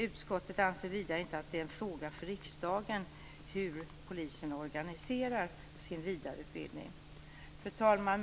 Utskottet anser vidare inte att det är en fråga för riksdagen hur polisen organiserar sin vidareutbildning. Fru talman!